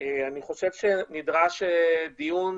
אני חושב שנדרש דיון,